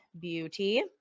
beauty